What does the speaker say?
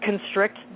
constrict